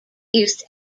east